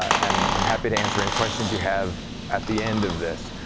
and i'm happy to answer any questions you have at the end of this.